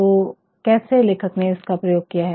तो कैसे लेखक ने इसका प्रयोग किया है